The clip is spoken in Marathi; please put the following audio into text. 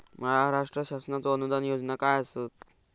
महाराष्ट्र शासनाचो अनुदान योजना काय आसत?